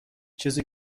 چیزی